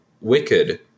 wicked